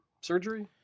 surgery